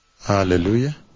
hallelujah